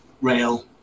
rail